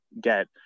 get